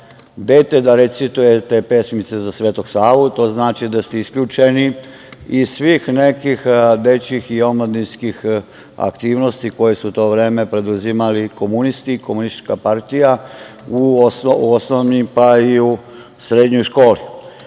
da recitujete pesmice za Svetog Savu, to znači da ste isključeni iz svih nekih dečijih i omladinskih aktivnosti koje su u to vreme preduzimali komunisti i komunistička partija, u osnovnim pa i u srednjim